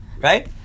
right